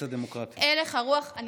הלך הרוח, קץ הדמוקרטיה.